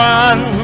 one